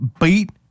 Beat